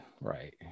right